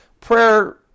prayer